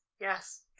Yes